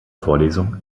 vorlesung